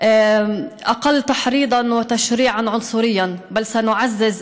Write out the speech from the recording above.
נעשה אותה כזאת, לא נסתפק